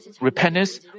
repentance